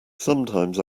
sometimes